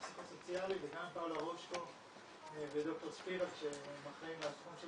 --- וד"ר ספיבק שהם אחראים לתחום של